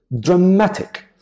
dramatic